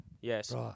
Yes